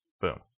boom